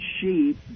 sheep